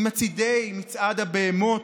עם מצעידי מצעד הבהמות,